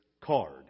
card